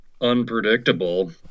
unpredictable